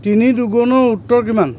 তিনি দুগুণৰ উত্তৰ কিমান